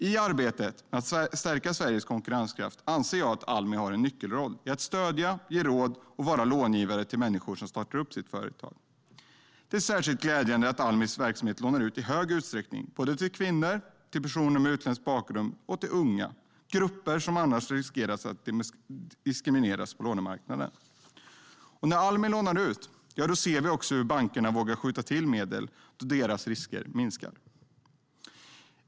I arbetet med att stärka Sveriges konkurrenskraft anser jag att Almi har en nyckelroll i att stödja, ge råd och vara långivare till människor som startar företag. Det är särskilt glädjande att Almis verksamhet lånar ut i hög utsträckning både till kvinnor och till personer med utländsk bakgrund samt till unga. Det är grupper som annars riskerar att diskrimineras på lånemarknaden. När Almi lånar ut ser vi också att bankerna vågar skjuta till medel eftersom deras risker minskar.